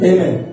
Amen